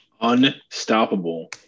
unstoppable